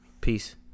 Peace